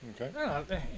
Okay